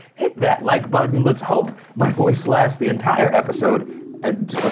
hit that like button, let's hope my voice lasts the entire episode and